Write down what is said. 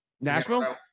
Nashville